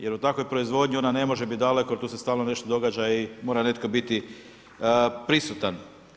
Jer u takvoj proizvodnji ona ne može biti daleko i tu se stalno nešto događa i mora netko biti prisutan.